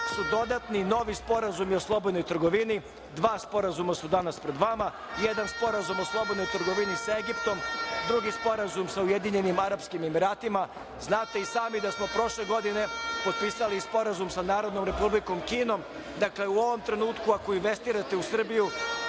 su dodatni novi sporazumi o slobodnoj trgovini. Dva sporazuma su danas pred vama. Jedan je sporazum o slobodnoj trgovini sa Egiptom, a drugi sporazum sa Ujedinjenim Arapskim Emiratima. Znate i sami da smo prošle godine potpisali Sporazum sa Narodnom Republikom Kinom. Dakle, u ovom trenutku ako investirate u Srbiju,